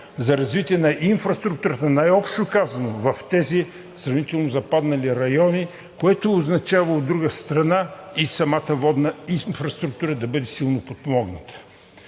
за развитие на инфраструктурата, най-общо казано, в тези сравнително западнали райони, което означава, от друга страна, и самата водна инфраструктура да бъде силно подпомогната.